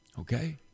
okay